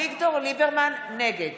נגד